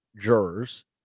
jurors